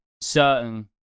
certain